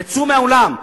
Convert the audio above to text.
תצאו מהאולם.